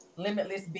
limitless